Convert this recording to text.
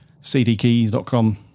cdkeys.com